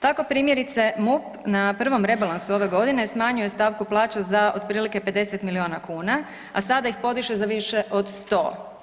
Tako primjerice MUP na prvom rebalansu ove godine smanjio je stavku plaća za otprilike 50 miliona kuna, a sada ih podiže za više od 100.